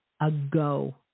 ago